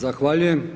Zahvaljujem.